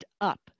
up